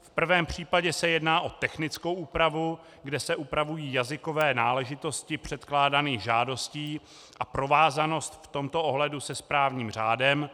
V prvém případě se jedná o technickou úpravu, kde se upravují jazykové náležitosti předkládaných žádostí a provázanost v tomto ohledu se správním řádem.